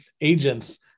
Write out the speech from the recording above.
agents